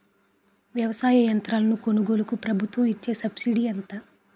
వ్యవసాయ యంత్రాలను కొనుగోలుకు ప్రభుత్వం ఇచ్చే సబ్సిడీ ఎంత?